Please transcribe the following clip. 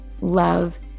love